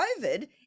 COVID